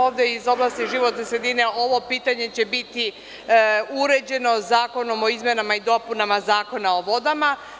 Ovde iz oblasti životne sredine, ovo pitanje će biti uređeno Zakonom o izmenama i dopunama Zakona o vodama.